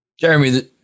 jeremy